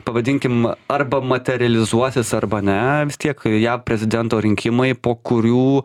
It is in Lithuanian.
pavadinkim arba materializuosis arba ne vis tiek jav prezidento rinkimai po kurių